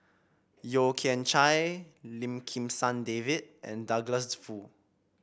Yeo Kian Chye Lim Kim San David and Douglas Foo